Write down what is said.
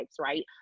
right